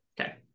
Okay